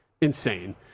insane